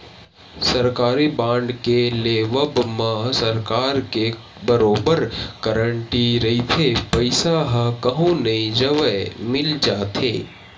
सरकारी बांड के लेवब म सरकार के बरोबर गांरटी रहिथे पईसा ह कहूँ नई जवय मिल जाथे